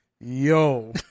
Yo